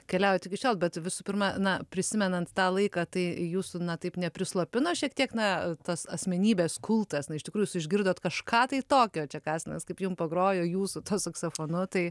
keliaujat iki šiol bet visų pirma na prisimenant tą laiką tai jūsų na taip neprislopino šiek tiek na tas asmenybės kultas na iš tikrųjų jūs išgirdot kažką tai tokio čekasinas kaip jum pagrojo jūsų tuo saksofonu tai